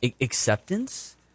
acceptance